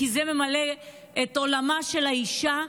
כי זה ממלא את עולמה של האישה,